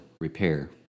repair